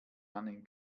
einen